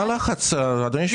מה הלחץ, אדוני היושב ראש?